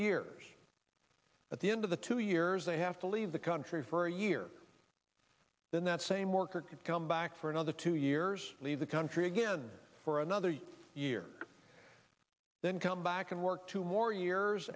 years at the end of the two years they have to leave the country for a year then that same worker could come back for another two years leave the country again for another year then come back and work two more years